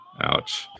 ouch